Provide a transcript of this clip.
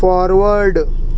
forward